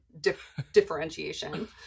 differentiation